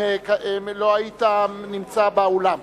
לא היית נמצא באולם.